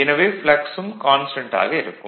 எனவே ப்ளக்ஸ் ம் கான்ஸ்டன்ட் ஆக இருக்கும்